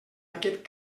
aquest